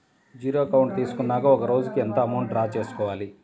Zero account తీసుకున్నాక ఒక రోజుకి ఎంత అమౌంట్ డ్రా చేసుకోవాలి?